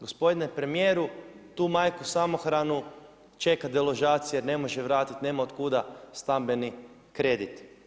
Gospodine premijeru, tu majku samohranu čeka deložacija, ne može vratiti, nema otkuda stambeni kredit.